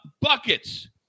Buckets